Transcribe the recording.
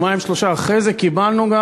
יומיים-שלושה אחרי זה קיבלנו,